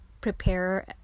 prepare